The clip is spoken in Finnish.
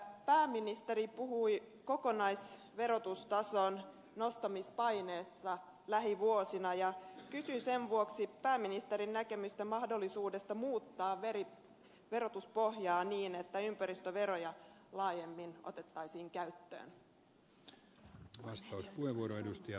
pääministeri puhui kokonaisverotustason nostamispaineesta lähivuosina ja kysyn sen vuoksi pääministerin näkemystä mahdollisuudesta muuttaa verotuspohjaa niin että ympäristöveroja laajemmin otettaisiin käyttöön